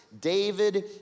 David